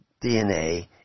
DNA